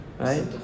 Right